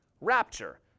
rapture